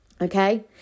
Okay